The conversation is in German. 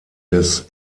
des